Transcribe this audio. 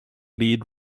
lead